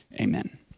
amen